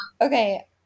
okay